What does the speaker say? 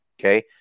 Okay